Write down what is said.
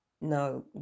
no